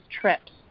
trips